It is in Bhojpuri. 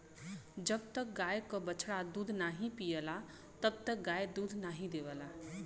जब तक गाय क बछड़ा दूध नाहीं पियला तब तक गाय दूध नाहीं देवला